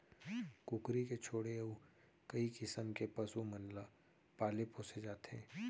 कुकरी के छोड़े अउ कई किसम के पसु मन ल पाले पोसे जाथे